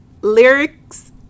lyrics